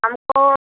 हमको